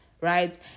right